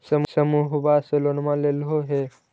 समुहवा से लोनवा लेलहो हे?